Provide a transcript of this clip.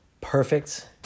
perfect